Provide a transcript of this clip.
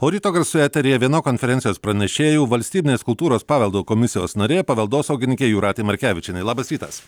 o ryto garsų eteryje viena konferencijos pranešėjų valstybinės kultūros paveldo komisijos narė paveldosaugininkė jūratė markevičienė labas rytas